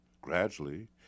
Gradually